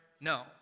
No